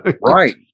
Right